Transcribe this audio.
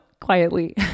quietly